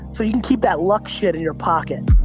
so you can keep that luck shit in your pocket.